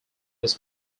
was